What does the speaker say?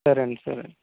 సరేండి సరే